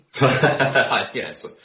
Yes